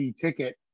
ticket